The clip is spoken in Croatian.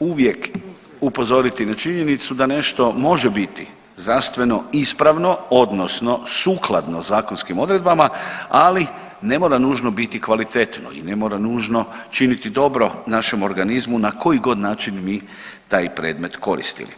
uvijek upozoriti na činjenicu da nešto može biti zdravstveno ispravno odnosno sukladno zakonskim odredbama, ali ne mora nužno biti kvalitetno i ne mora nužno činiti dobro našem organizmu na kojigod način mi taj predmet koristili.